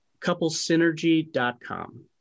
couplesynergy.com